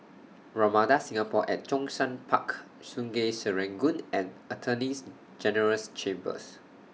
Ramada Singapore At Zhongshan Park Sungei Serangoon and Attorney's General's Chambers